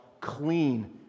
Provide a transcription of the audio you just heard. clean